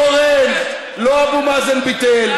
אורן, לא אבו מאזן ביטל,